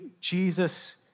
Jesus